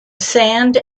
sand